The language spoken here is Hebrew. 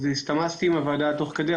הסתמסתי עם הוועדה תוך כדי.